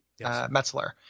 Metzler